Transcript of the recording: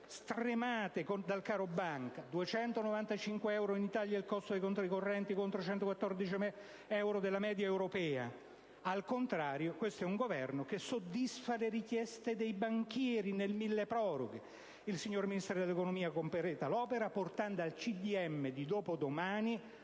stremati dal caro-banca. È di 295 euro in Italia il costo dei conti correnti, contro i 114 euro della media europea. Al contrario, questo è un Governo che soddisfa le richieste dei signori banchieri nel milleproroghe. Il signor Ministro dell'economia completa l'opera portando al Consiglio dei